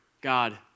God